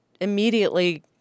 immediately